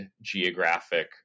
geographic